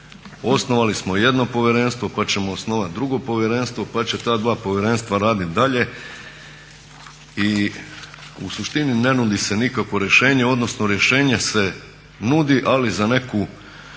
Osnovali smo jedno povjerenstvo pa ćemo osnovati drugo povjerenstvo pa će ta dva povjerenstva raditi dalje. I u suštini ne nudi se nikakvo rješenje, odnosno rješenje se nudi ali za neku